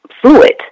fluid